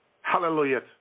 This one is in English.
Hallelujah